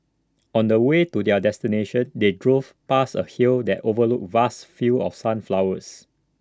on the way to their destination they drove past A hill that overlooked vast fields of sunflowers